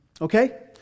okay